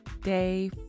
day